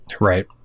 right